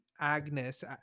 agnes